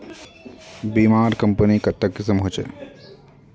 बीमार कंपनी कत्ते किस्म होछे